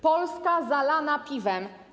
Polska zalana piwem.